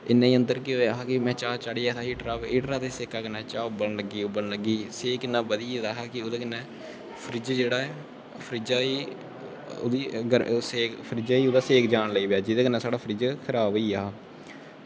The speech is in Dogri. इन्ने चिर च केह् होआ कि में चाह् चाढ़ी ऐ हें हीटर दे सेके कन्नै चाह् उबलन लग्गी ते सेक इन्ना बधी गेदा हा कि ओह्दे कन्नै फ्रिज जेह्ड़ा ऐ फ्रिजै गी ओह्दा सेक फ्रिज गी ओह्दा सेक जान लग्गा कि जेह्दे कन्नै साढ़ा फ्रिज खराब होई गेआ हा